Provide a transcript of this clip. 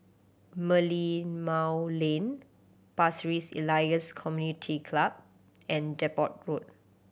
Merlimau Lane Pasir Ris Elias Community Club and Depot Road